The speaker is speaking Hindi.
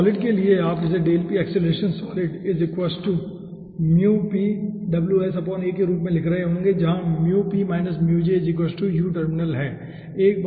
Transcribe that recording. और सॉलिड के लिए आप इसे के रूप में लिख रहे होंगे जहाँ है